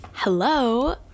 hello